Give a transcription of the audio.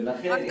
ולכן,